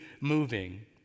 moving